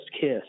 Kiss